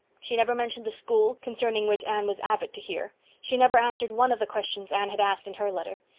she never mentioned the school, concerning which anne was avid to hear she never answered one of the questions anne had asked in her letter.